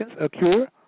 occur